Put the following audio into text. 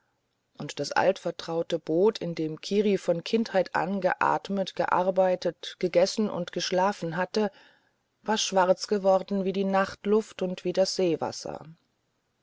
und das alte vertraute boot in dem kiri von kindheit an geatmet gearbeitet gegessen und geschlafen hatte war schwarz geworden wie die nachtluft und wie das seewasser